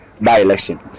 by-election